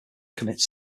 commits